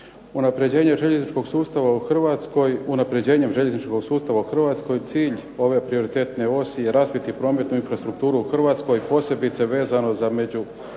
Unapređenjem željezničkog sustava u Hrvatskoj cilj ove prioritetne osi je razbiti prometnu infrastrukturu u Hrvatskoj posebice vezano za